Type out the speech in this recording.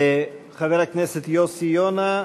חבר הכנסת יוסי יונה,